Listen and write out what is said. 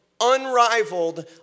unrivaled